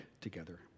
together